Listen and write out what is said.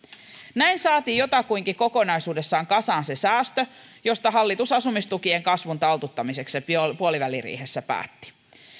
näin saatiin jotakuinkin kokonaisuudessaan kasaan se säästö josta hallitus asumistukien kasvun taltuttamiseksi puoliväliriihessä päätti